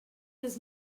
his